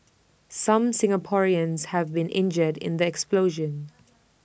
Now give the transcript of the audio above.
some Singaporeans have been injured in the explosion